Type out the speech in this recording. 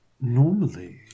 Normally